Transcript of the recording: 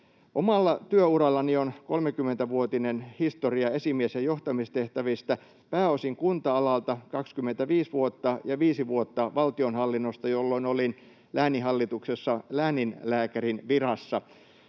Omalla työurallani on 30-vuotinen historia esimies‑ ja johtamistehtävistä, pääosin kunta-alalta, 25 vuotta, ja 5 vuotta valtionhallinnosta, jolloin olin lääninhallituksessa lääninlääkärin virassa.